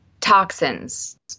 toxins